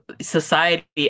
society